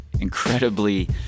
incredibly